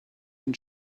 been